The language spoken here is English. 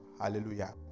Hallelujah